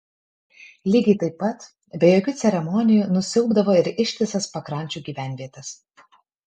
lygiai taip pat be jokių ceremonijų nusiaubdavo ir ištisas pakrančių gyvenvietes